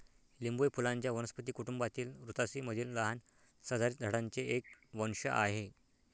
लिंबू हे फुलांच्या वनस्पती कुटुंबातील रुतासी मधील लहान सदाहरित झाडांचे एक वंश आहे